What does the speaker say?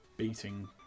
beating